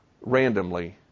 randomly